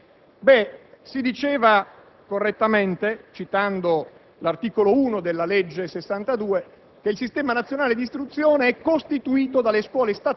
Se mi è consentito vorrei provare a ribadire alcune delle osservazioni fatte, proponendo anche qualche aggiunta ulteriore.